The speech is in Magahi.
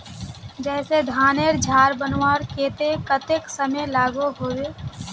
जैसे धानेर झार बनवार केते कतेक समय लागोहो होबे?